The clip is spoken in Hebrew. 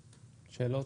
שאלות?